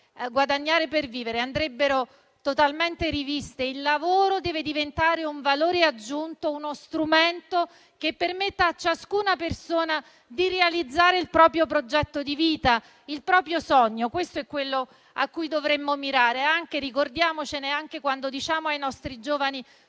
guadagnare per vivere, andrebbero totalmente riviste: il lavoro deve diventare un valore aggiunto, uno strumento che permetta a ciascuna persona di realizzare il proprio progetto di vita, il proprio sogno. Questo è quello a cui dovremmo mirare. Ricordiamolo anche quando diciamo ai nostri giovani